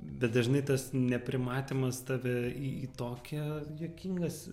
bet dažnai tas neprimatymas tave į į tokią juokingas